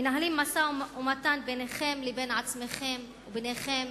מנהלים משא-ומתן ביניכם לבין עצמכם וביניכם